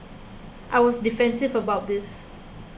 I was defensive about this